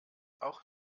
auch